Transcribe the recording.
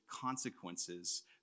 consequences